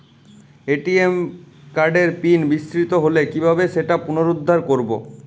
ATM কার্ডের PIN বিস্মৃত হলে কীভাবে সেটা পুনরূদ্ধার করব?